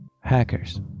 hackers